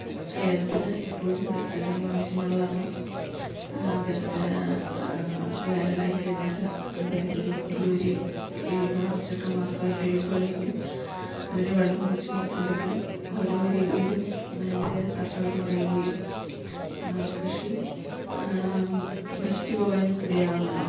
ഏലത്തിന് എപ്പോഴും ജലസേചനമാവശ്യമുള്ളതാണ് ജലസേ വേനലായി കഴിഞ്ഞാൽ അതായതൊരു ഫെബ്രുവരി ഈ മാർച്ചൊക്കെ മാസമായി കഴിയുമ്പോഴേക്കും അതിനു വെള്ളമൊഴിച്ചു കൊടുത്തില്ലെങ്കിൽ ഓരോ രീതിയിലും അതിൻ്റെ തട്ടകൾ മറിയുകയും കൃഷി നശിച്ചു പോകാനും ഇടയാകുന്നുണ്ട്